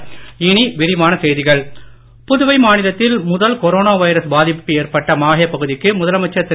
Puducherry corona Puduvai மாநிலத்தில் முதல் coronavirus பாதிப்பு ஏற்பட்ட மாஹே பகுதிக்கு முதலமைச்சர் திரு